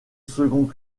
second